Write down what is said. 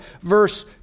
verse